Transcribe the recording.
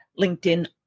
LinkedIn